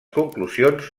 conclusions